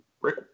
Rick